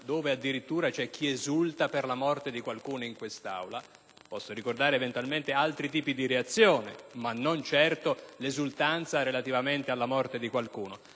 dove addirittura c'è chi esulta per la morte di qualcuno in quest'Aula (posso ricordare eventualmente altri tipi di reazione, ma non certo l'esultanza relativamente alla morte di qualcuno);